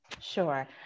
Sure